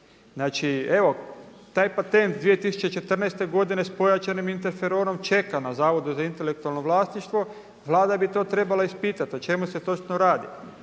Znači evo, taj patent 2014. godine sa pojačanim interferorom čeka na Zavodu za intelektualno vlasništvo Vlada bi to trebala ispitati o čemu se točno radi